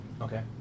Okay